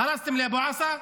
הרסתם לאבו עסא,